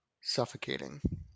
Suffocating